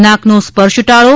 નાક નો સ્પર્શ ટાળો